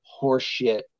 horseshit